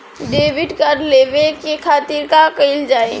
Debit card लेवे के खातिर का कइल जाइ?